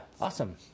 awesome